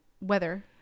weather